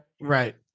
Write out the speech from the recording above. Right